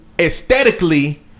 aesthetically